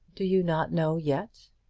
do you not know yet?